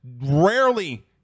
rarely